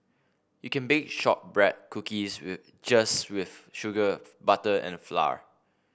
you can bake shortbread cookies just with sugar butter and flour